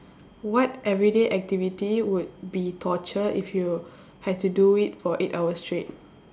what everyday activity would be torture if you had to do it for eight hours straight